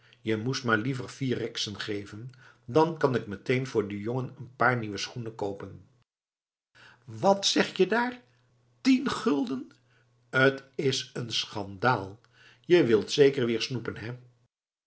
je moest maar liever vier riksen geven dan kan ik meteen voor den jongen een paar nieuwe schoenen koopen wat zeg je daar tien gulden t is een schandaal je wilt zeker weer snoepen hé